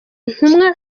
ntumwa